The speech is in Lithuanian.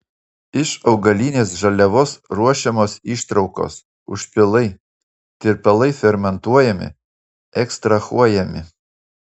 iš augalinės žaliavos ruošiamos ištraukos užpilai tirpalai fermentuojami ekstrahuojami